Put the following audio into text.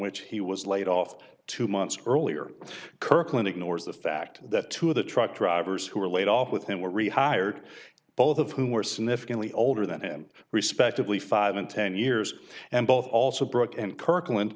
which he was laid off two months earlier kirkland ignores the fact that two of the truck drivers who were laid off with him were rehired both of whom were significantly older than him respectably five in ten years and both also broke and kirkland